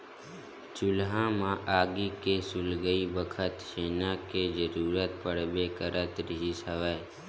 चूल्हा म आगी के सुलगई बखत छेना के जरुरत पड़बे करत रिहिस हवय